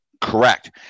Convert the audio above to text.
Correct